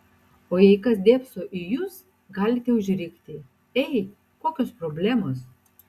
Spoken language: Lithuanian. o jei kas dėbso į jus galite užrikti ei kokios problemos